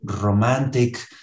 romantic